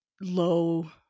low